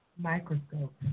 Microscope